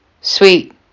Sweet